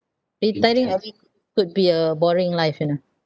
retiring early could be a boring life you know